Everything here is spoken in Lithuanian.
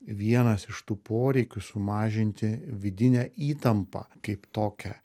vienas iš tų poreikių sumažinti vidinę įtampą kaip tokią